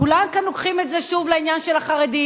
כולם כאן לוקחים את זה שוב לעניין של החרדים.